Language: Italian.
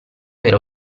era